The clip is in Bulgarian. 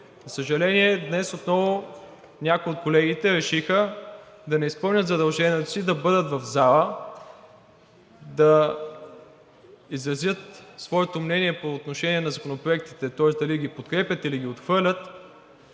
За съжаление, днес отново някои от колегите решиха да не изпълнят задължението си да бъдат в залата, да изразят своето мнение по отношение на законопроектите, тоест дали ги подкрепят, или ги отхвърлят.